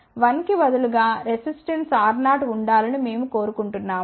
కాబట్టి 1 కి బదులుగా రెసిస్టెన్క్ R0 ఉండాలని మేము కోరుకుంటున్నాము